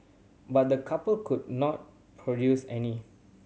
but the couple could not produce any